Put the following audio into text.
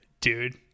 Dude